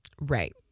Right